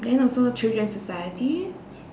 then also children's society